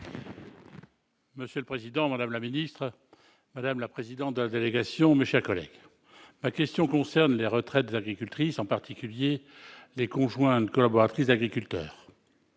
Monsieur le président, madame la secrétaire d'État, madame la présidente de la délégation, mes chers collègues, ma question concerne les retraites des agricultrices, en particulier des conjointes collaboratrices d'agriculteurs.